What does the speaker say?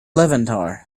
levanter